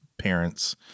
parents